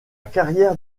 carrière